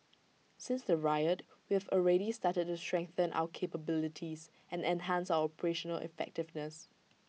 since the riot we have already started to strengthen our capabilities and enhance our operational effectiveness